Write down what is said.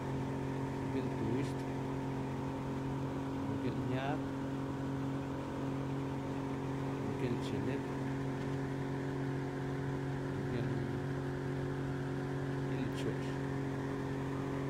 Yu gi'n tuxtl, yu gi'n yag, yu gi'n chilit, yu gi'n gi'n pcho'x.